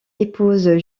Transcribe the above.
épouse